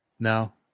No